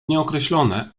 nieokreślone